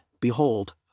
Behold